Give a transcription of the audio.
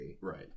Right